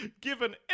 Given